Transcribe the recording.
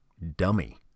dummy